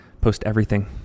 post-everything